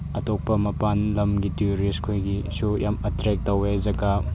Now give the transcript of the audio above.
ꯑꯇꯣꯞꯄ ꯃꯄꯥꯟ ꯂꯝꯒꯤ ꯇ꯭ꯌꯨꯔꯤꯁ ꯈꯣꯏꯒꯤꯁꯨ ꯌꯥꯝ ꯑꯇ꯭ꯔꯦꯛ ꯇꯧꯋꯦ ꯖꯒꯥ